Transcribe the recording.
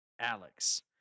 Alex